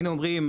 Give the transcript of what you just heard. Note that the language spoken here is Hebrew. היינו אומרים,